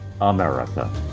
America